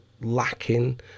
lacking